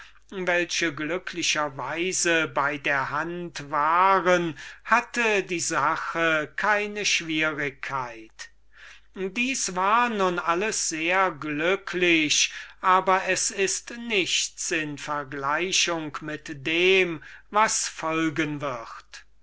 welche glücklicher weise bei der hand waren hatte die sache keine schwierigkeit das war nun alles sehr glücklich aber es ist nichts in vergleichung mit dem was nun folgen wird